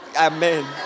Amen